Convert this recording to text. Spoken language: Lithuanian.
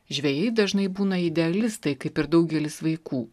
žvejai dažnai būna idealistai kaip ir daugelis vaikų